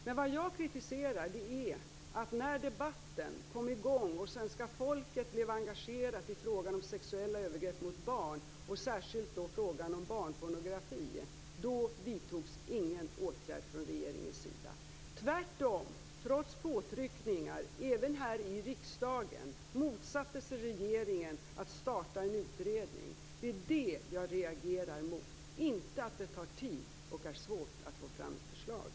Men vad jag kritiserar är att när debatten kom i gång och svenska folket blev engagerat i frågan om sexuella övergrepp mot barn, särskilt frågan om barnpornografi, vidtogs ingen åtgärd från regeringens sida. Trots påtryckningar, även här i riksdagen, motsatte sig regeringen tvärtom att starta en utredning. Det är det som jag reagerar mot, inte mot att det tar tid och är svårt att få fram förslag.